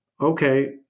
okay